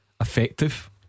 effective